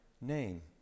name